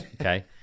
Okay